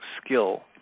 skill